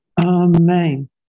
Amen